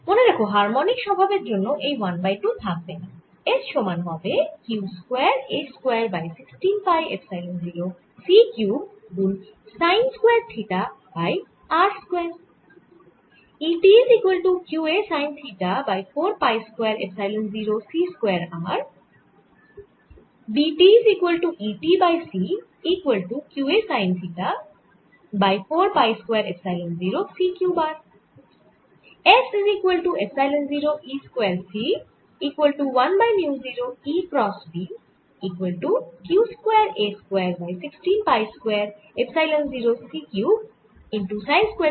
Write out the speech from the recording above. মনে রেখো হারমনিক স্বভাবের জন্য এই 1 বাই 2 থাকবেনা S সমান হবে q square a square by 16 পাই এপসাইলন 0 c কিউব গুন sine square theta by r square